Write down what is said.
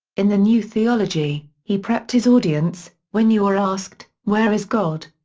in the new theology, he prepped his audience when you are asked, where is god?